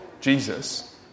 Jesus